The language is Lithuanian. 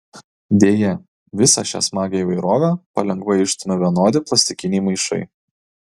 deja visą šią smagią įvairovę palengva išstumia vienodi plastikiniai maišai